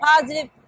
positive